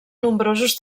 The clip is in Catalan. nombrosos